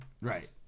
Right